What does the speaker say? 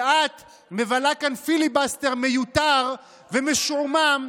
ואת מבלה כאן פיליבסטר מיותר ומשועמם,